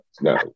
no